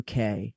UK